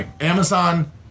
Amazon